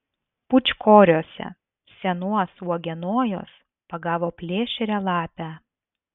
pūčkoriuose senuos uogienojuos pagavo plėšrią lapę